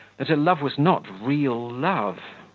that her love was not real love.